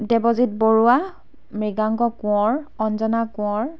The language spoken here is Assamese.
দেৱজিত বৰুৱা মৃগাংক কোঁৱৰ অঞ্জনা কোঁৱৰ